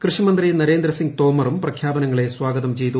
കൃഷിമന്ത്രി നരേന്ദ്രസിംഗ് തോമറും പ്രഖ്യാപനങ്ങളെ സ്വാഗതം ചെയ്തു